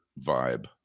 vibe